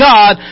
God